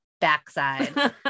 backside